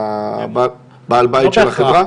הוא בעל הבית של החברה?